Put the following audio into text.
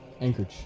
Anchorage